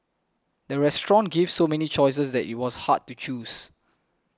the restaurant gave so many choices that it was hard to choose